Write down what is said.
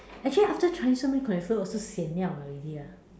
actually after Chinese food cholesterol also sian liao already ah